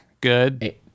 good